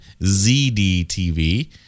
ZDTV